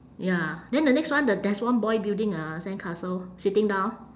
ya then the next one t~ there's one boy building a sandcastle sitting down